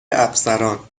افسران